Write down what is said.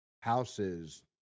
houses